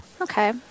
Okay